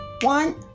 One